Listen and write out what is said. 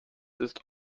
ist